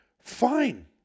Fine